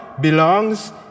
belongs